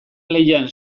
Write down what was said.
lehian